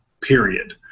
Period